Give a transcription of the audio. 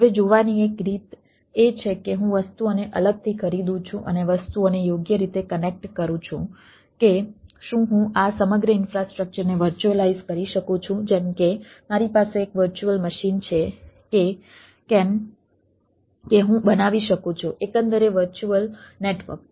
હવે જોવાની એક રીત એ છે કે હું વસ્તુઓને અલગથી ખરીદું છું અને વસ્તુઓને યોગ્ય રીતે કનેક્ટ કરું છું કે શું હું આ સમગ્ર ઈન્ફ્રાસ્ટ્રક્ચરને વર્ચ્યુઅલાઈઝ કરી શકું છું જેમ કે મારી પાસે એક વર્ચ્યુઅલ મશીન છે કે કેમ કે હું બનાવી શકું છું એકંદરે વર્ચ્યુઅલ નેટવર્ક